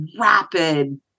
rapid